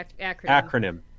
Acronym